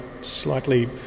slightly